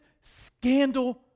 scandal